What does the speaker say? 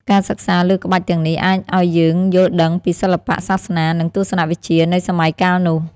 ការសិក្សាលើក្បាច់ទាំងនេះ អាចឱ្យយើងយល់ដឹងពីសិល្បៈ សាសនា និងទស្សនវិជ្ជានៃសម័យកាលនោះ។